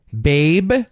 babe